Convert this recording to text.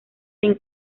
sin